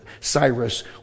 Cyrus